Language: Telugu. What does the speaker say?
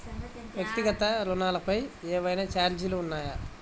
వ్యక్తిగత ఋణాలపై ఏవైనా ఛార్జీలు ఉన్నాయా?